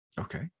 okay